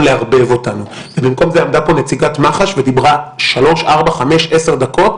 לערבב אותנו; במקום זה עמדה פה נציגת מח"ש ודיברה שלוש-ארבע-חמש-עשר דקות,